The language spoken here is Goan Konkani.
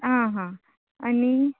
आं हां आनी